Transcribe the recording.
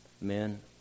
Men